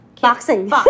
boxing